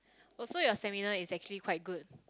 oh so your stamina is actually quite good